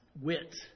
wit